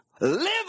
Live